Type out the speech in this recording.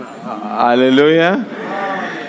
Hallelujah